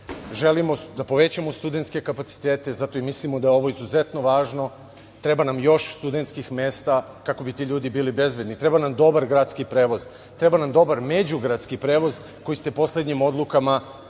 Želimo da povećamo studentske kapacitete, zato i mislimo da je ovo izuzetno važno. Treba nam još studentskih mesta, kako bi ti ljudi bili bezbedni. Treba nam dobar gradski prevoz. Treba nam dobar međugradski prevoz, koji ste poslednjim odlukama doveli